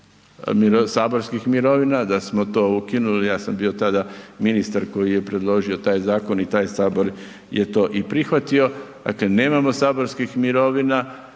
saborskih mirovina, da smo to ukinuli, ja sam bio tada ministar koji je predložio taj zakon i taj sabor je to i prihvatio, dakle, nemamo saborskih mirovina.